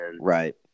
Right